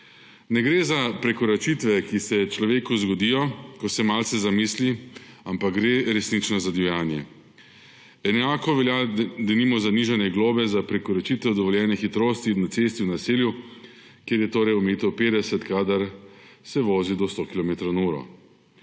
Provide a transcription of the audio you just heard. Ne gre za prekoračitve, ki se človeku zgodijo, ko se malce zamisli, ampak gre resnično za divjanje. Enako velja denimo za nižanje globe za prekoračitve dovoljenih hitrosti na cesti v naselju, kjer je omejitev 50, kadar se vozi do 100 kilometrov